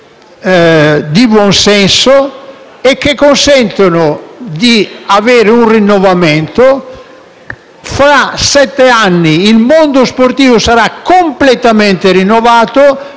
di buon senso che consentono di avere un rinnovamento; fra sette anni il mondo sportivo sarà completamente rinnovato,